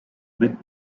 met